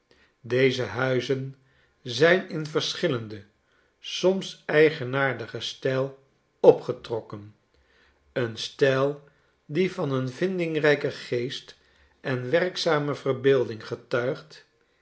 deze huizen zijn in verschillenden soms eigenaardigen stijl opgetrokken een stijl die van een vindingrijken geest enwerkzameverbeeldinggetuigt